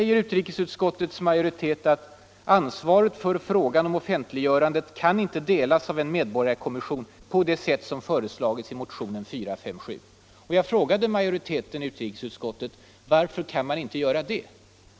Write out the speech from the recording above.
Men utrikesutskottets majoritet säger: ”Ansvaret för frågan om offentliggörandet kan inte delas av en medborgarkommission på det sätt som föreslagits i motionen 457.” Jag ställer till utrikesutskottets majoritet frågan: Varför kan man inte göra det?